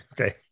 Okay